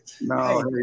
No